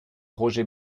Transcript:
roger